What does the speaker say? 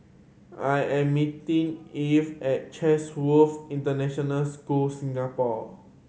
I am meeting Ivey at Chatsworth International School Singapore